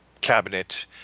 cabinet